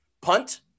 punt